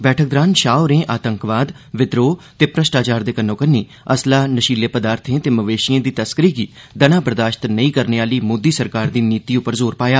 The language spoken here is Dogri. बैठक दरान शाह होरें आतंकवाद विद्राह ते भ्रटाचार दे कन्नोकन्न असला नशीले पद्वार्थे ते मवेशिए दी तस्करी गी दना बर्दाश्त नेई करने आली मोदी सरकारी दी नीति उप्पर जोर पाया